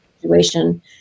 situation